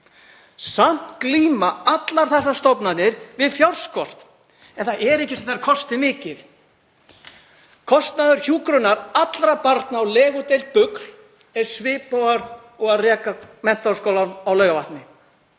Allar glíma þessar stofnanir við fjárskort en samt er ekki eins og þær kosti mikið. Kostnaður hjúkrunar allra barna á legudeild Bugl er svipaður og að reka Menntaskólann á Laugarvatni.